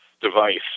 device